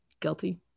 guilty